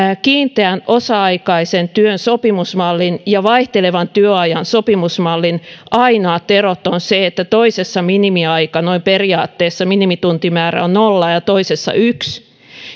kiinteän osa aikaisen työn sopimusmallin ja vaihtelevan työajan sopimusmallin ainoat erot ovat se että toisessa minimituntimäärä noin periaatteessa on nolla ja toisessa yksi